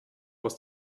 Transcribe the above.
aus